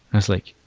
i was like,